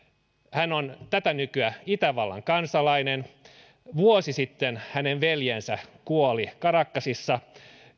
hän on tätä nykyä itävallan kansalainen vuosi sitten hänen veljensä kuoli caracasissa